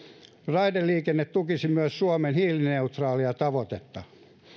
raideliikenne tukisi myös suomen hiilineutraalia tavoitetta